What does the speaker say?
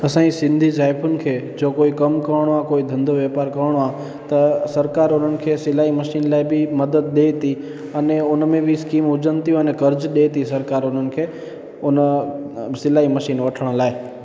असांजी सिंधी ज़ायफ़ुनि खे जो कोई कमु करिणो आहे कोई धंधो व्यापार करिणो आहे त सरकार उन्हनि खे सिलाई मशीन लाइ बि मदद ॾे थी अने उन में बि स्कीम हुजनि थियूं अने कर्ज़ु ॾे थी सरकार उन्हनि खे उन सिलाई मशीन वठण लाइ